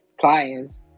clients